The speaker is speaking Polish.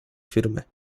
firmy